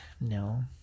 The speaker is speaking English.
no